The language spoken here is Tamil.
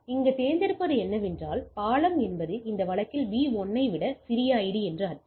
இங்கு தேர்ந்தெடுப்பது என்னவென்றால் பாலம் என்பது இந்த வழக்கில் B1 ஐ விட சிறிய ஐடி என்று அர்த்தம்